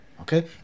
Okay